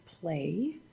play